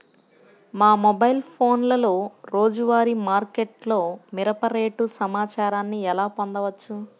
మా మొబైల్ ఫోన్లలో రోజువారీ మార్కెట్లో మిరప రేటు సమాచారాన్ని ఎలా పొందవచ్చు?